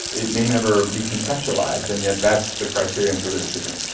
it may never be conceptualised, and yet that's the criterion for the decision.